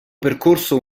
percorso